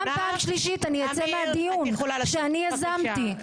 גם פעם שלישית, אני אצא מהדיון, שאני יזמתי.